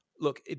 Look